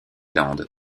landes